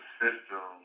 system